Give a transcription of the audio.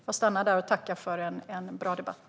Jag stannar där och tackar för en bra debatt.